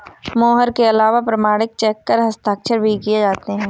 मोहर के अलावा प्रमाणिक चेक पर हस्ताक्षर भी किये जाते हैं